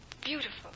beautiful